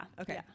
Okay